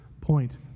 point